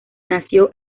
nació